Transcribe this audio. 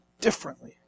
differently